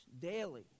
daily